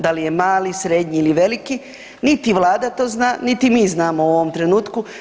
Da li je mali, srednji ili veliki niti Vlada to zna, niti mi znamo u ovom trenutku.